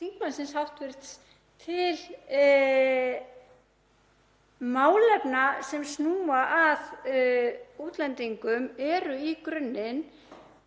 þingmanns til málefna sem snúa að útlendingum er í grunninn.